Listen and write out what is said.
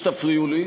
בלי שתפריעו לי.